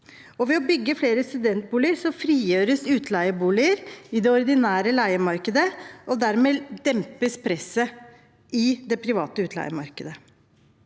ved å bygge flere studentboliger frigjøres utleieboliger i det ordinære leiemarkedet, og dermed dempes presset i det private utleiemarkedet.